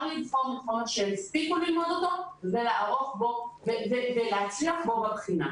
לבחון על חומר שהספיקו ללמוד אותו ולהצליח בו בבחינה.